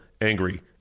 angry